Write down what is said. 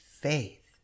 faith